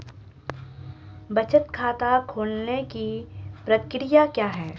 बचत खाता खोलने की प्रक्रिया क्या है?